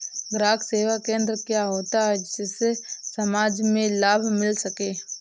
ग्राहक सेवा केंद्र क्या होता है जिससे समाज में लाभ मिल सके?